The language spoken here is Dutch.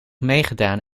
meegedaan